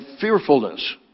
fearfulness